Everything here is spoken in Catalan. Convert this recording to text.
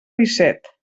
disset